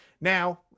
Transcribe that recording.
Now